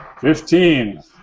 Fifteen